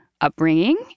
upbringing